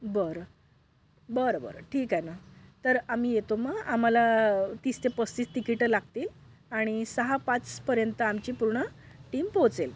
बरं बरं बरं ठीक आहे ना तर आम्ही येतो मग आम्हाला तीस ते पस्तीस तिकिटं लागतील आणि सहा पाचपर्यंत आमची पूर्ण टीम पोहोचेल